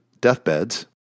deathbeds